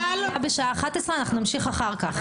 מליאה בשעה 11:00. נמשיך אחר כך.